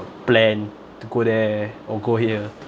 plan to go there or go here